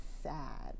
sad